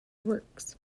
works